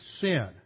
sin